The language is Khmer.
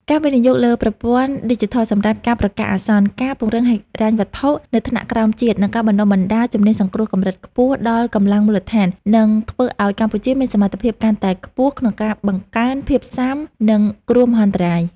ការវិនិយោគលើប្រព័ន្ធឌីជីថលសម្រាប់ការប្រកាសអាសន្ន ការពង្រឹងហិរញ្ញវត្ថុនៅថ្នាក់ក្រោមជាតិ និងការបណ្ដុះបណ្ដាលជំនាញសង្គ្រោះកម្រិតខ្ពស់ដល់កម្លាំងមូលដ្ឋាន នឹងធ្វើឱ្យកម្ពុជាមានសមត្ថភាពកាន់តែខ្ពស់ក្នុងការបង្កើន ភាពស៊ាំនឹងគ្រោះមហន្តរាយ ។